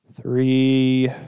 three